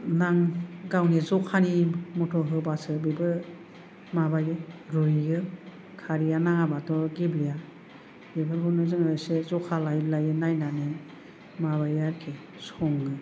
नां गावनि जखानि मथ' होबासो बेबो माबायो रुइयो खारैया नाङाबाथ' गेब्लेया बेफोरखौनो जोङो एसे जखा लायै लायै नायनानै माबायो आरोखि सङो